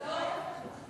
לא,